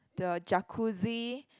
the jacuzzi